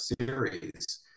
series